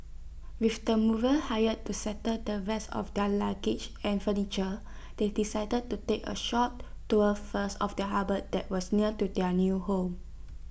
with the movers hired to settle the rest of their luggage and furniture they decided to take A short tour first of the harbour that was near to their new home